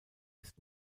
ist